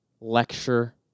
lecture